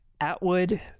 Atwood